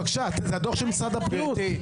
בבקשה, זה הדוח של משרד הבריאות.